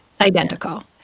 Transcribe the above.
identical